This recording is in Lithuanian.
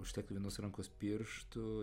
užteks vienos rankos pirštų